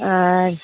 আর